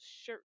shirt